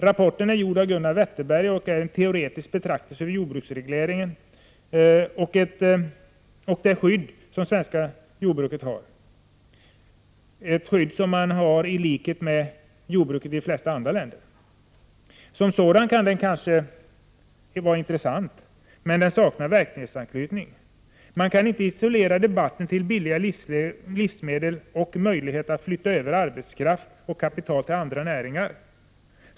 Rapporten är gjord av Gunnar Wetterberg och är en teoretisk betraktelse över jordbruksregleringen och det skydd som det svenska jordbruket, i likhet med jordbruket i de flesta andra länder, har. Som sådan kan rapporten kanske vara intressant, men den saknar verklighetsanknytning. Man kan inte isolera debatten till att gälla billiga livsmedel och möjligheten att flytta över arbetskraft och kapital till andra näringar.